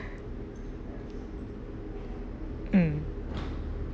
mm